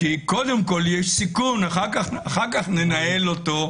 כי קודם כול יש סיכון ואחר כך ננהל אותו.